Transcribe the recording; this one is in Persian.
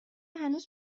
هنوز